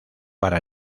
para